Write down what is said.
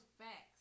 facts